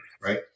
right